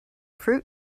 fruit